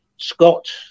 Scott